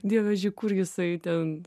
dievaži kur jisai ten